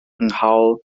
nghawl